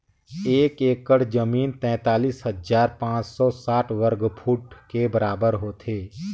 एक एकड़ जमीन तैंतालीस हजार पांच सौ साठ वर्ग फुट के बराबर होथे